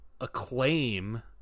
Acclaim